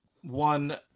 one